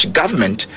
government